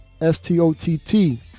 S-T-O-T-T